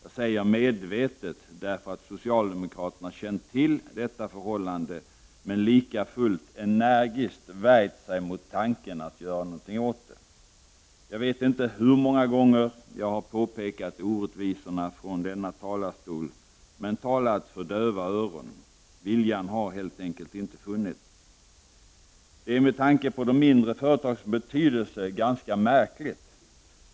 Jag säger ”medvetet” därför att socialdemokraterna känt till detta förhållande, men lika fullt energiskt värjt sig mot tanken att göra någonting åt det. Jag vet inte hur många gånger jag från denna talarstol har påpekat orättvisorna, men talat för döva öron. Viljan har helt enkelt inte funnits. Detta är med tanke på de mindre företagens betydelse ganska märkligt.